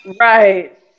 right